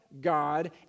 God